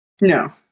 No